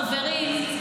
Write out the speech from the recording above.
חברים,